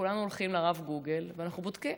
כולנו הולכים לרב גוגל ואנחנו בודקים,